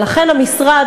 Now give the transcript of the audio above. ולכן המשרד,